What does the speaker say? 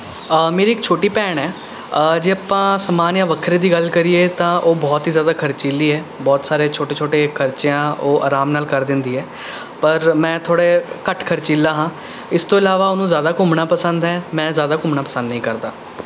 ਮੇਰੀ ਇੱਕ ਛੋਟੀ ਭੈਣ ਹੈ ਜੇ ਆਪਾਂ ਸਮਾਨ ਜਾਂ ਵੱਖਰੇ ਦੀ ਗੱਲ ਕਰੀਏ ਤਾਂ ਉਹ ਬਹੁਤ ਹੀ ਜ਼ਿਆਦਾ ਖਰਚੀਲੀ ਹੈ ਬਹੁਤ ਸਾਰੇ ਛੋਟੇ ਛੋਟੇ ਖਰਚਿਆਂ ਉਹ ਆਰਾਮ ਨਾਲ ਕਰ ਦਿੰਦੀ ਹੈ ਪਰ ਮੈਂ ਥੋੜ੍ਹਾ ਜਿਹਾ ਘੱਟ ਖਰਚੀਲਾ ਹਾਂ ਇਸ ਤੋਂ ਇਲਾਵਾ ਉਹਨੂੰ ਜ਼ਿਆਦਾ ਘੁੰਮਣਾ ਪਸੰਦ ਹੈ ਮੈਂ ਜ਼ਿਆਦਾ ਘੁੰਮਣਾ ਪਸੰਦ ਨਹੀਂ ਕਰਦਾ